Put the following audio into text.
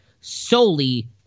solely